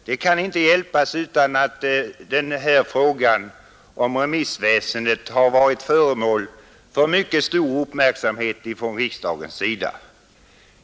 Det kan inte förnekas att den här frågan om remissväsendet har varit föremål för mycket stor uppmärksamhet från riksdagens sida.